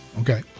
okay